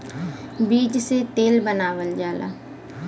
बीज से तेल बनावल जाला